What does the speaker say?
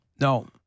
No